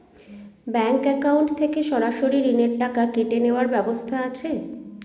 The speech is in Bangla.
ব্যাংক অ্যাকাউন্ট থেকে সরাসরি ঋণের টাকা কেটে নেওয়ার ব্যবস্থা আছে?